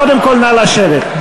קודם כול, נא לשבת.